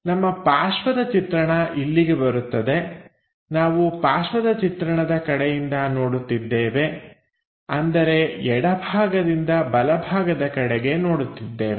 ನಮ್ಮ ಪಾರ್ಶ್ವದ ಚಿತ್ರಣ ಇಲ್ಲಿಗೆ ಬರುತ್ತದೆ ನಾವು ಪಾರ್ಶ್ವದ ಚಿತ್ರಣದ ಕಡೆಯಿಂದ ನೋಡುತ್ತಿದ್ದೇವೆ ಅಂದರೆ ಎಡಭಾಗದಿಂದ ಬಲಭಾಗದ ಕಡೆ ನೋಡುತ್ತಿದ್ದೇವೆ